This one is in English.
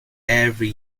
every